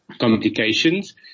complications